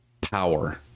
power